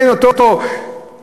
בין אותו בחור ישיבה,